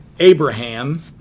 Abraham